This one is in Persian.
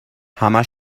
همه